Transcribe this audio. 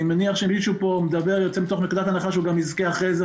אני מניח שמי שפה מדבר יוצא מתוך נקודת הנחה שהוא גם יזכה אחרי זה.